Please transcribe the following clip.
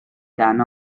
gun